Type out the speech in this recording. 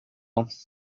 what